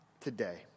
today